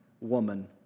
woman